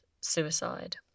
suicide